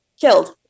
killed